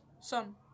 Son